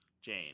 Jane